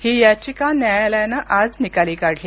ही याचिका न्यायालयानं आज निकाली काढली